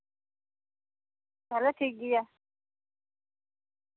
ᱛᱟᱦᱞᱮ ᱴᱷᱤᱠ ᱜᱮᱭᱟ